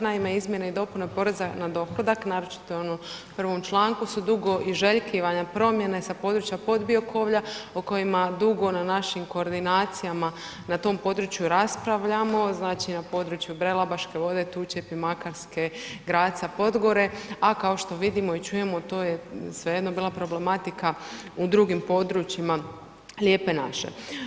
Naime, izmjene i dopune poreza na dohodak naročito u onom prvom članku, su dugo priželjkivane promjene sa područja podbiokovlja o kojima dugo na našim koordinacijama na tom području raspravljamo, znači na području Brela, Baške Vode, Tučepi, Makarske, Graca, Podgore, a kao što vidimo i čujemo to je svejedno bila problematika u drugim područjima Lijepe naše.